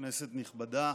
כנסת נכבדה,